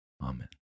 Amen